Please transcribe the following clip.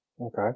Okay